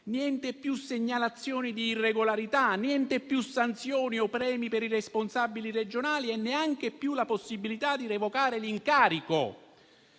Niente più segnalazioni di irregolarità, niente più sanzioni o premi per i responsabili regionali e neanche più la possibilità di revocare l'incarico,